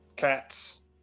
cats